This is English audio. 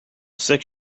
six